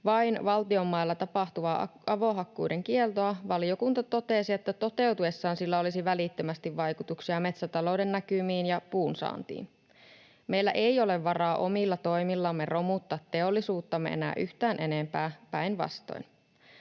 vain valtion mailla tapahtuvaa avohakkuiden kieltoa, valiokunta totesi, että toteutuessaan sillä olisi välittömästi vaikutuksia metsätalouden näkymiin ja puun saantiin. Meillä ei ole varaa omilla toimillamme romuttaa teollisuuttamme enää yhtään enempää, päinvastoin.